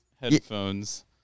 headphones